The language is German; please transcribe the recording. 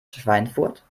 schweinfurt